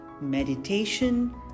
meditation